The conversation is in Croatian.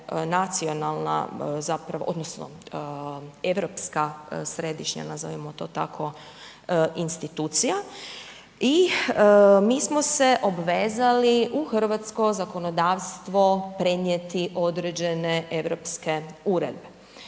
nacionalna zapravo, odnosno europska središnja, nazovimo to tako, institucija i mi smo se obvezali u hrvatsko zakonodavstvo prenijeti određene europske uredbe.